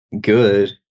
good